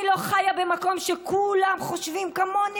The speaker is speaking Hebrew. אני לא חיה במקום שכולם חושבים כמוני